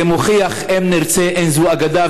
זה מוכיח: אם נרצה אין זו אגדה,